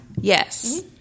Yes